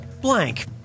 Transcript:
blank